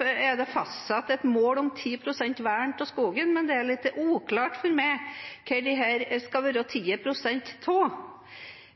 er det fastsatt et mål om 10 pst. vern av skogen, men det er litt uklart for meg hva dette skal være 10 pst. av.